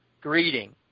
greeting